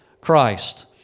Christ